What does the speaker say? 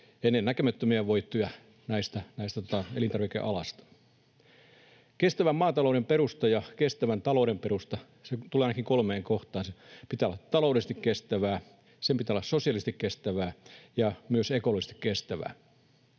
ennennäkemättömiä voittoja tästä elintarvikealasta. Kestävän maatalouden perusta ja kestävän talouden perusta tulee ainakin kolmeen kohtaan. Sen pitää olla taloudellisesti kestävää, sen pitää olla sosiaalisesti kestävää ja myös ekologisesti kestävää.